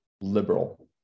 liberal